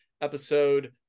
episode